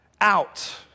out